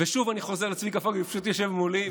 ושוב אני חוזר לצביקה פוגל, הוא פשוט יושב מולי.